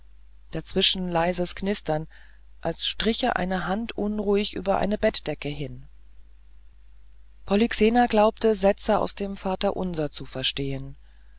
dazwischen leises knistern als striche eine hand unruhig über eine bettdecke hin polyxena glaubte sätze aus dem vaterunser zu verstehen